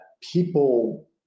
people